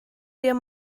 dir